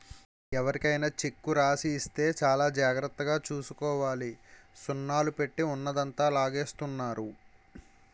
ఎవరికైనా చెక్కు రాసి ఇస్తే చాలా జాగ్రత్తగా చూసుకోవాలి సున్నాలు పెట్టి ఉన్నదంతా లాగేస్తున్నారు